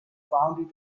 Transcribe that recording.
found